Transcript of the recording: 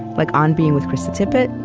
like on being with krista tippett,